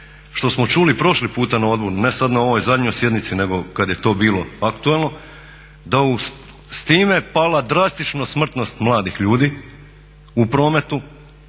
što smo čuli prošli puta na odboru, ne sad na ovoj zadnjoj sjednici nego kad je to bilo aktualno da s time pala drastično smrtnost mladih ljudi u prometu,